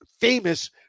famous